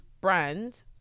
brand